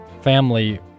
Family